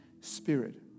spirit